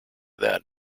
that